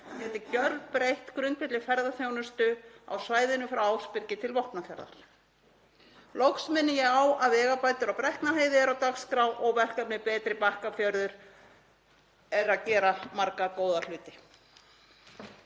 gæti gjörbreytt grundvelli ferðaþjónustu á svæðinu frá Ásbyrgi til Vopnafjarðar. Loks minni ég á að vegabætur á Brekknaheiði eru á dagskrá og verkefnið Betri Bakkafjörður er að gera marga góða hluti.